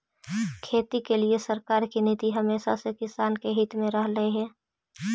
खेती के लिए सरकार की नीति हमेशा से किसान के हित में रहलई हे